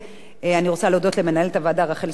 אני רוצה להודות למנהלת הוועדה רחל סעדה.